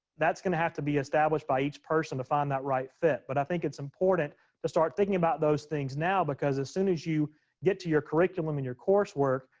that's gonna have to be established by each person to find that right fit. but i think it's important to start thinking about those things now, because as soon as you get to your curriculum and your course work,